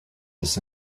this